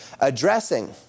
addressing